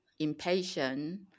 impatient